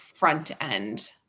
front-end